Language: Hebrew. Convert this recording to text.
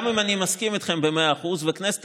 וגם אם אני מסכים איתכם במאה אחוז והכנסת